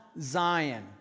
Zion